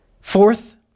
Fourth